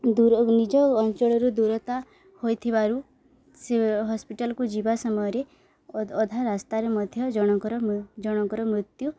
ଦୂର ନିଜ ଅଞ୍ଚଳରୁ ଦୂରତା ହୋଇଥିବାରୁ ସେ ହସ୍ପିଟାଲକୁ ଯିବା ସମୟରେ ଅଧା ରାସ୍ତାରେ ମଧ୍ୟ ଜଣଙ୍କର ଜଣଙ୍କର ମୃତ୍ୟୁ